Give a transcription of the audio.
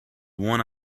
one